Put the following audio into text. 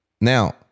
Now